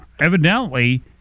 Evidently